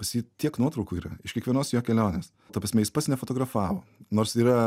pas jį tiek nuotraukų yra iš kiekvienos jo kelionės ta prasme jis pats nefotografavo nors yra